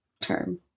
term